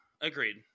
Agreed